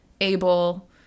able